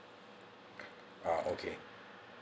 ah okay